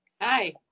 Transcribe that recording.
Hi